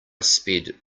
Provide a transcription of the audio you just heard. sped